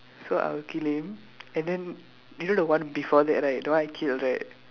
so I'll kill him and then you know the one before that right the one I killed right